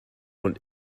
und